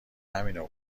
همینو